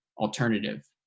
alternative